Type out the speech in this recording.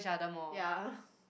ya